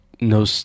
no